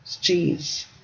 cheese